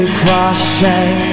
crushing